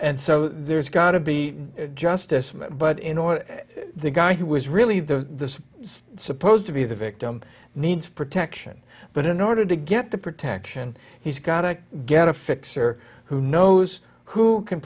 and so there's got to be justice but in order the guy who is really the supposed to be the victim needs protection but in order to get the protection he's got to get a fixer who knows who can